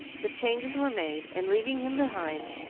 the changes were made, and, leaving him behind,